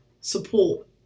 support